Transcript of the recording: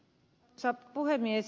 arvoisa puhemies